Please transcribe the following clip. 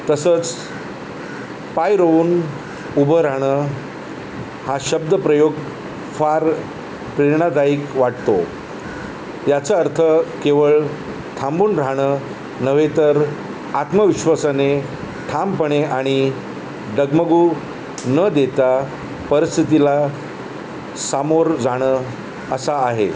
तसंच पाय रोवून उभं राहणं हा शब्दप्रयोग फार प्रेरणादायक वाटतो याचा अर्थ केवळ थांबून राहाणं नव्हे तर आत्मविश्वासाने ठामपणे आणि डगमगू न देता परिस्थितीला सामोर जाणं असा आहे